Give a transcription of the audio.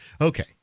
Okay